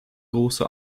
große